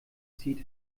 zieht